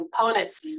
components